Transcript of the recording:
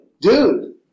Dude